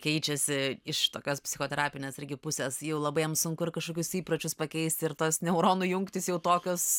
keičiasi iš tokios psichoterapinės irgi pusės jau labai jam sunku ir kažkokius įpročius pakeisti ir tos neuronų jungtys jau tokios